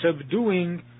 subduing